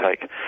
take